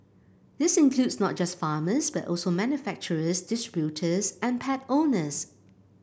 this includes not just farmers but also manufacturers distributors and pet owners